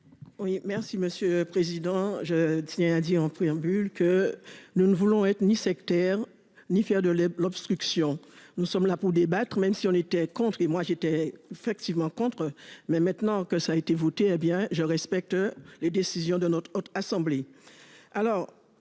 Oui, merci monsieur le Président, je tiens dit en préambule, que nous ne voulons être ni sectaire, ni faire de l'obstruction. Nous sommes là pour débattre ou même si on était contre et moi j'étais fait activement contre mais maintenant que ça a été voté bien je respecte les décisions de notre haute assemblée.